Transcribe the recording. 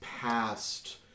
past